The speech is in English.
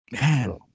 Man